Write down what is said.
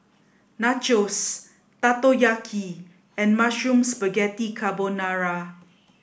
Nachos Takoyaki and Mushroom Spaghetti Carbonara